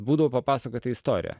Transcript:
būdavo papasakota istorija